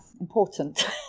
important